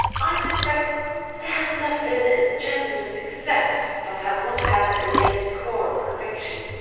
i suspect there has never been a genuine success that has not had a latent core of conviction.